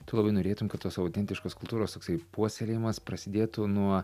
tu labai norėtum kad tos autentiškos kultūros oksai puoselėjamas prasidėtų nuo